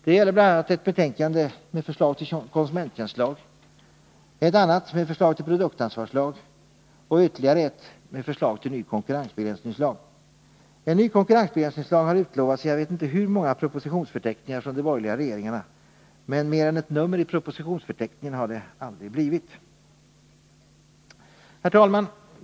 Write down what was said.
Det gäller bl.a. ett betänkande med förslag till konsumenttjänstlag, ett annat med förslag till produktansvarslag och ytterligare ett med förslag till ny konkurrensbegränsningslag. En ny konkurrensbegränsningslag har utlovats i jag vet inte hur många propositionsförteckningar från de borgerliga regeringarna, men mer än ett nummer i propositionsförteckningen har det aldrig blivit. Herr talman!